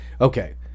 okay